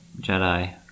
Jedi